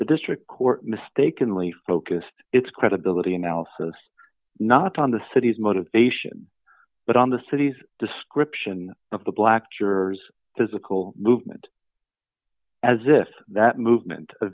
the district court mistakenly focused its credibility analysis not on the city's motivation but on the city's description of the black jurors physical movement as if that movement a